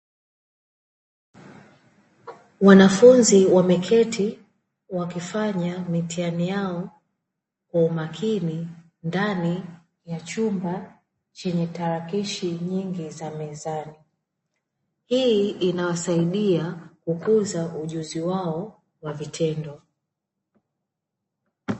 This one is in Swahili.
Wanafunzi wameketi wakifanya mitihani yao kwa umakini, ndani ya chumba chenye tarakilishi nyingi za mezani. Hii inawasaidia kukuza ujuzi wao wa vitendo.